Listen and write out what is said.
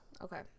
Okay